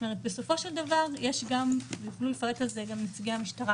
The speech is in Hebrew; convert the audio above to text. זאת אומרת שבסופו של דבר יש גם ויוכלו לפרט על זה גם נציגי המשטרה